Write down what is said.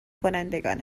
کنندگان